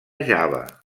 java